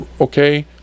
okay